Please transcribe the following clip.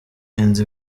inzu